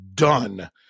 done